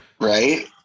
Right